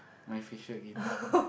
my fisher give me one